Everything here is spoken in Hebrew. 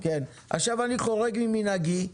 עכשיו אני חורג ממנהגי.